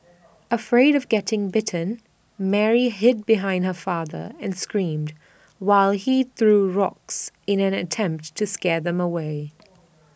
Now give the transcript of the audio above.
afraid of getting bitten Mary hid behind her father and screamed while he threw rocks in an attempt to scare them away